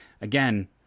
again